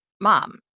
mom